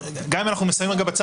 גם אם אנחנו את זה שמים בצד,